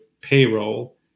payroll